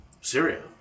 Syria